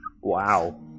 Wow